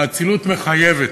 האצילות מחייבת.